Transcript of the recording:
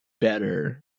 better